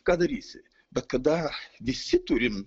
ką darysi bet kada visi turim